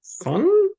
Fun